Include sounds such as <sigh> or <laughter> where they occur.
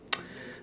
<noise>